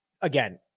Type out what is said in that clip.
again